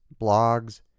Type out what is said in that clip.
blogs